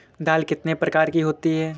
दाल कितने प्रकार की होती है?